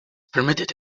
permitted